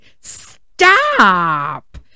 Stop